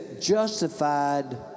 justified